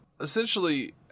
Essentially